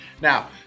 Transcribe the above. Now